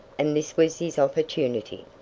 and this was his opportunity.